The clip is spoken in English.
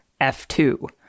F2